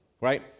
right